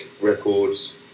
records